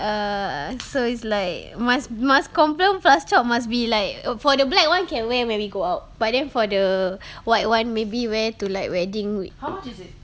err so it's like must must confirm plus chop must be like e~ for the black [one] can wear when we go out but then for the white [one] maybe wear to like wedding